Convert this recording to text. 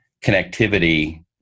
connectivity